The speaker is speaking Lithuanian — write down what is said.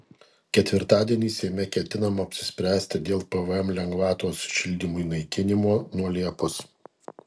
ketvirtadienį seime ketinama apsispręsti dėl pvm lengvatos šildymui naikinimo nuo liepos